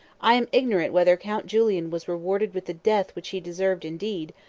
i am ignorant whether count julian was rewarded with the death which he deserved indeed,